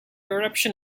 eruption